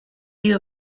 new